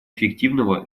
эффективного